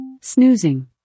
Snoozing